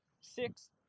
six